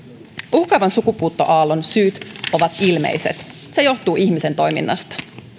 uhkaavan sukupuuttoaallon syyt ovat ilmeiset se johtuu ihmisen toiminnasta